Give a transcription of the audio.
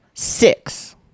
Six